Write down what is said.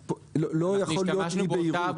שלא יכולה להיות אי בהירות.